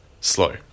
slow